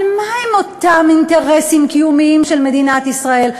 אבל מה הם אותם אינטרסים קיומיים של מדינת ישראל,